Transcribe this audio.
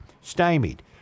Stymied